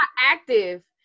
active